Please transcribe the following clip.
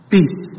Peace